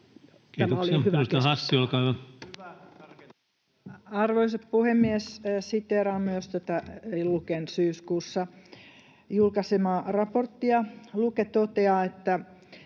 Arvoisa puhemies! Siteeraan myös tätä Luken syyskuussa julkaisemaa raporttia. Luke toteaa, että